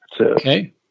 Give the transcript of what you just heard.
Okay